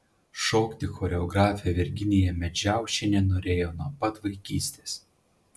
šokti choreografė virginija medžiaušienė norėjo nuo pat vaikystės